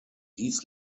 dies